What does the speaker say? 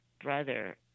brother